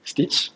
stitch